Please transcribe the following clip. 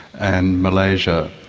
and malaysia.